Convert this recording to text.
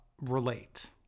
relate